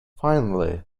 finally